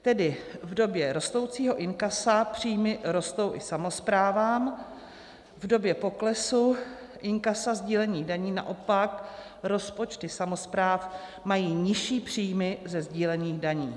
Tedy v době rostoucího inkasa příjmy rostou i samosprávám, v době poklesu inkasa sdílených daní naopak rozpočty samospráv mají nižší příjmy ze sdílených daní.